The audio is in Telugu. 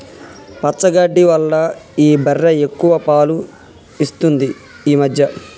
పచ్చగడ్డి వల్ల మా బర్రె ఎక్కువ పాలు ఇస్తుంది ఈ మధ్య